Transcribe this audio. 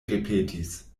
ripetis